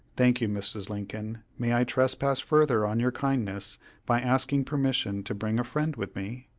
thank you, mrs. lincoln. may i trespass further on your kindness by asking permission to bring a friend with me?